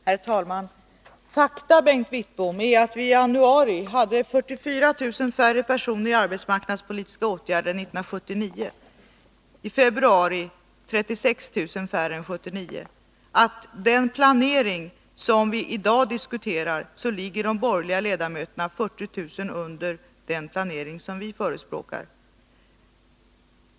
Herr talman! Fakta, Bengt Wittbom, är att vi i januari hade 44 000 färre personer i arbetsmarknadspolitiska åtgärder än 1979 och i februari 36 000 färre än 1979. Och i den planering som vi i dag diskuterar ligger de borgerliga ledamöterna 40 000 under den planering som vi förespråkar.